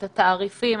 את התעריפים,